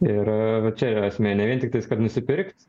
ir čia esmė ne vien tiktais kad nusipirkt